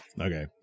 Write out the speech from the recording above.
okay